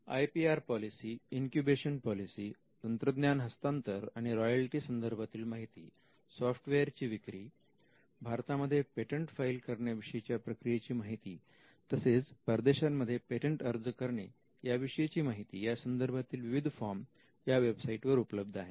I P R policy incubation policy तंत्रज्ञान हस्तांतर आणि रॉयल्टी संदर्भातील माहिती सॉफ्टवेअरची विक्री भारतामध्ये पेटंट फाईल करण्याविषयीच्या प्रक्रियेची माहिती तसेच परदेशांमध्ये पेटंट अर्ज करणे विषयीची माहिती या संदर्भातील विविध फॉर्म या वेबसाईटवर उपलब्ध आहेत